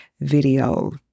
Video